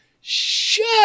Shut